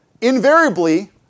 Invariably